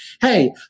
Hey